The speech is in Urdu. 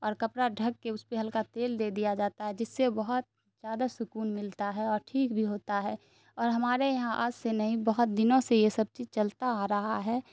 اور کپڑا ڈھک کے اس پہ ہلکا تیل دے دیا جاتا ہے جس سے بہت زیادہ سکون ملتا ہے اور ٹھیک بھی ہوتا ہے اور ہمارے یہاں آج سے نہیں بہت دنوں سے یہ سب چیز چلتا آ رہا ہے